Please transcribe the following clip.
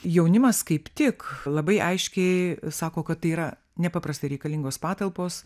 jaunimas kaip tik labai aiškiai sako kad tai yra nepaprastai reikalingos patalpos